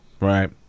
Right